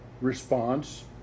response